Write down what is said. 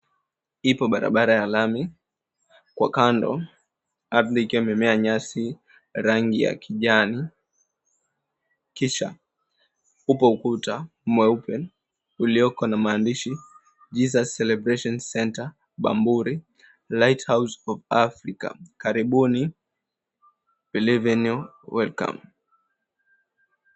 Ipo barabara ya lami, kwa kando ardhi ikiwa imemea nyasi rangi ya kijani kisha upo ukuta mweupe ulioko na maandishi, Jesus Celebration Centre, Bamburi, Lighthouse of Africa, Karibuni, Bienvenue, Welcome.